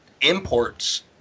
imports